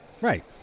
Right